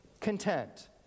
content